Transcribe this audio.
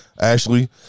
Ashley